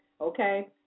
okay